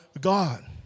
God